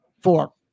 Four